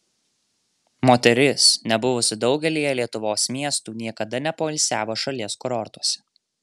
moteris nebuvusi daugelyje lietuvos miestų niekada nepoilsiavo šalies kurortuose